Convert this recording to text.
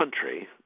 country